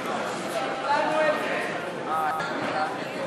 על מה אנחנו בדיוק מצביעים ואיך אנחנו מצביעים.